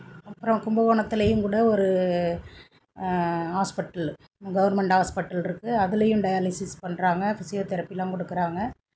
அப்புறம் கும்பகோணத்துலேயும் கூட ஒரு ஹாஸ்பிட்லு கவர்மெண்ட் ஹாஸ்பிட்டலிருக்கு அதுலேயும் டயாலிசிஸ் பண்ணுறாங்க பிசியோதெரபிலாம் கொடுக்கறாங்க